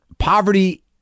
Poverty